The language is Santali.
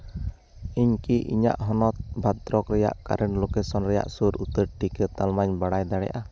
ᱤᱧᱠᱤ ᱤᱧᱟᱹᱜ ᱦᱚᱱᱚᱛ ᱵᱷᱚᱫᱨᱚᱠ ᱨᱮᱭᱟᱜ ᱠᱟᱨᱮᱱᱴ ᱞᱳᱠᱮᱥᱚᱱ ᱨᱮᱭᱟᱜ ᱥᱩᱨ ᱩᱛᱟᱹᱨ ᱴᱤᱠᱟᱹ ᱛᱟᱞᱢᱟᱧ ᱵᱟᱲᱟᱭ ᱫᱟᱲᱮᱭᱟᱜᱼᱟ